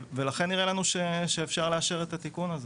ולכן נראה לנו שאפשר לאשר את התיקון הזה.